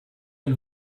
ein